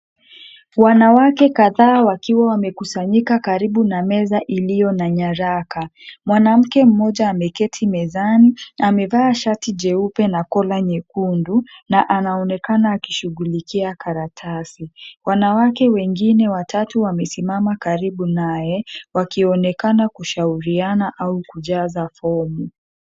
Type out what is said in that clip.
Wanawake kadhaa wakiwa wamekusanyika karibu na meza iliyo na nyaraka. Mwanamke mmoja ameketi mezani na amevaa shati jeupe na kola nyekundu na anaonekana akishughulikia karatasi. Wanawake wengine watatu wamesimama karibu naye wakionekana kushauriana au kujaza fomu.